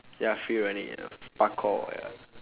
ya free running ya parkour ya